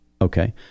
Okay